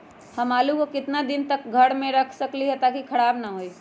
हम आलु को कितना दिन तक घर मे रख सकली ह ताकि खराब न होई?